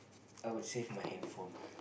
I would save my handphone